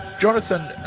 jonathan,